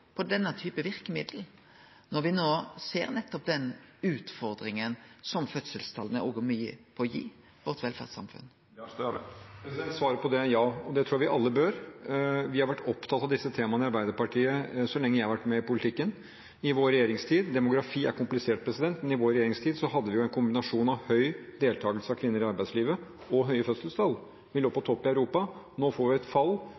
på desse verkemidla når vi no ser den utfordringa som fødselstala er med på å gi vårt velferdssamfunn? Svaret på det er ja, og det tror jeg vi alle bør. Vi har vært opptatt av disse temaene i Arbeiderpartiet så lenge jeg har vært med i politikken. Demografi er komplisert, men i vår regjeringstid hadde vi en kombinasjon av høy deltakelse av kvinner i arbeidslivet og høye fødselstall. Vi lå på topp i Europa. Nå får vi et fall